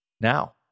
now